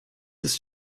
ist